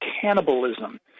Cannibalism